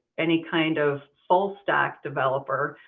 any kind of full stack developer